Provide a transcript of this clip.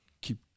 keep